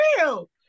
real